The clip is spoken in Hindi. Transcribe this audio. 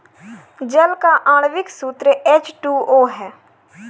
जल का आण्विक सूत्र एच टू ओ है